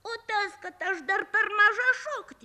o tas kad aš dar per maža šokti